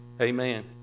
Amen